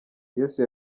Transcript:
yesu